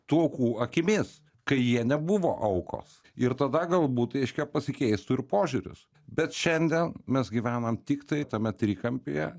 tų aukų akimis kai jie nebuvo aukos ir tada galbūt reiškia pasikeistų ir požiūris bet šiandien mes gyvenam tiktai tame trikampyje